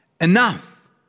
Enough